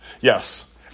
Yes